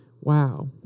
wow